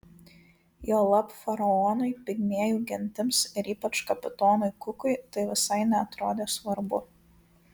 juolab faraonui pigmėjų gentims ir ypač kapitonui kukui tai visai neatrodė svarbu